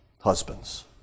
husbands